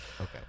Okay